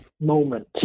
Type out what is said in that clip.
moment